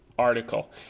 article